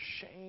shame